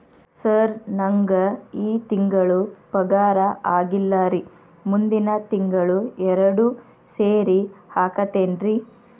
sir ನಂಗ ಈ ತಿಂಗಳು ಪಗಾರ ಆಗಿಲ್ಲಾರಿ ಮುಂದಿನ ತಿಂಗಳು ಎರಡು ಸೇರಿ ಹಾಕತೇನ್ರಿ